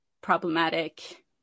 problematic